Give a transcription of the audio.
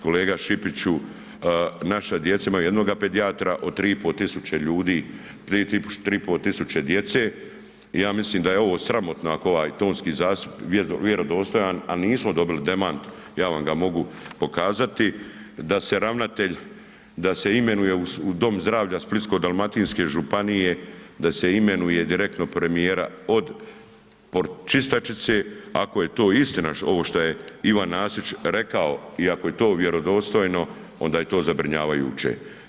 Kolega Šipiću, naša djeca maju jednoga pedijatra od 3.500 ljudi, 3.500 djece ja mislim da je ovo sramotno ako ovaj tonski zapis vjerodostojan, a nismo dobili demant ja vam ga mogu pokazati, da se ravnatelj, da se imenuje u Dom zdravlja Splitsko-dalmatinske županije da se imenuje direktno premijera od čistačice, ako je to istina ovo šta je Ivan Nasić rekao i ako je to vjerodostojno onda je to zabrinjavajuće.